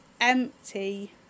empty